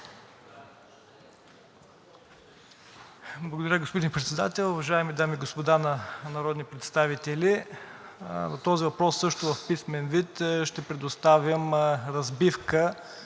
Благодаря, господин Председател. Уважаеми дами и господа народни представители! На този въпрос също в писмен ще предоставим разбивка